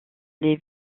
les